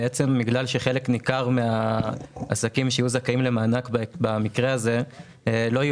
בגלל שחלק ניכר מהעסקים שיהיו זכאים למענק במקרה הזה לא יהיו